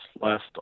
last